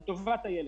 על טובת הילד.